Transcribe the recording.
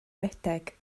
redeg